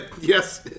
Yes